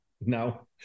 no